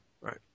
Right